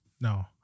No